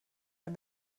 had